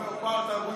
אתה אומר פער תרבותי.